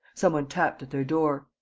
some one tapped at their door.